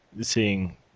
seeing